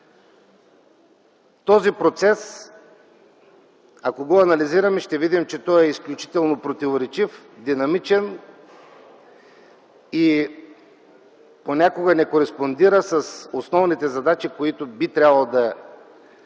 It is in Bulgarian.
този процес, ще видим, че той е изключително противоречив, динамичен и понякога не кореспондира с основните задачи, които би трябвало да